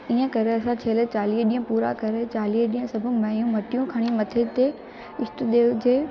इअं करे असां छेले चालीह ॾींह पूरा करे चालीह ॾींहं सभु मायूं मटियूं खणी मथे ते ईष्ट देव जे